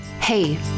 Hey